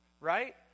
right